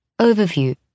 Overview